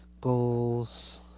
Goals